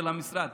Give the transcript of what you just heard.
של המשרד,